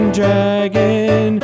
dragon